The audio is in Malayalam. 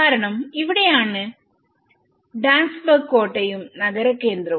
കാരണം ഇവിടെയാണ് ഡാൻസ്ബർഗ് കോട്ടയും നഗര കേന്ദ്രവും